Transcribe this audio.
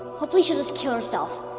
hopefully she'll just kill herself.